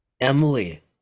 Emily